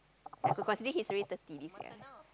I could consider he's already thirty this year